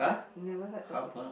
never heard of it